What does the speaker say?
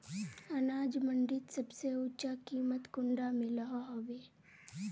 अनाज मंडीत सबसे ऊँचा कीमत कुंडा मिलोहो होबे?